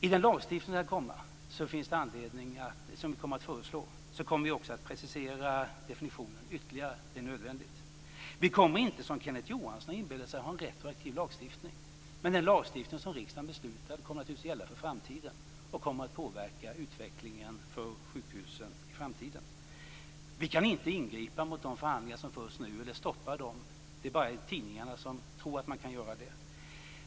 I den lagstiftning som vi kommer att föreslå kommer vi också att precisera definitionen ytterligare. Det är nödvändigt. Vi kommer inte, som Kenneth Johansson har inbillat sig, att ha en retroaktiv lagstiftning. Men den lagstiftning som riksdagen beslutar om kommer naturligtvis att gälla för framtiden, och den kommer att påverka utvecklingen för sjukhusen i framtiden. Vi kan inte ingripa mot de förhandlingar som förs nu eller stoppa dem. Det är bara tidningarna som tror att man kan göra det.